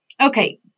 Okay